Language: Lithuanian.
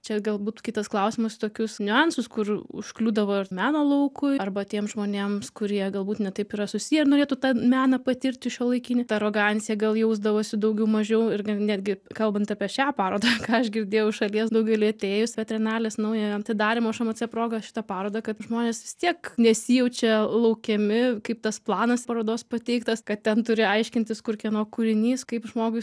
čia galbūt kitas klausimas tokius niuansus kur užkliūdavo ir meno laukui arba tiems žmonėms kurie galbūt ne taip yra susiję ir norėtų tą meną patirti šiuolaikinį ta arogancija gal jausdavosi daugiau mažiau ir netgi kalbant apie šią parodą ką aš girdėjau iš šalies daugeliui atėjus trienalės naująją atidarymo šmc proga šitą parodą kad žmonės vis tiek nesijaučia laukiami kaip tas planas parodos pateiktas kad ten turi aiškintis kur kieno kūrinys kaip žmogui